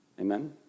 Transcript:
Amen